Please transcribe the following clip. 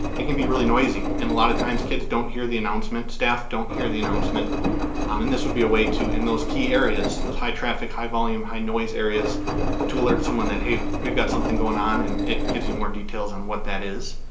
it can be really noisy and a lot of times kids don't hear the announcement, staff don't hear the announcement um and this would be a way to, in those key areas, those high traffic, high volume, high noise areas to alert someone that, hey, we've got something going on and it gives you more details on what that is.